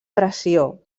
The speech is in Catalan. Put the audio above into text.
pressió